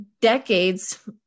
decades